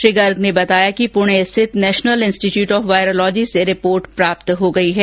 श्री सिंह ने बताया कि पुणे स्थित नेशनल इंस्टीट्यूट ऑफ वायरोलोजी से रिपोर्ट प्राप्त हो गई है